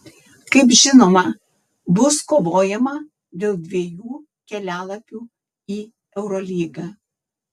kaip žinoma bus kovojama dėl dviejų kelialapių į eurolygą